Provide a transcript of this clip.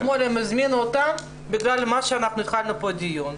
אתמול הם הזמינו אותה בגלל מה שאנחנו התחלנו פה את הדיון.